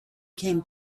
came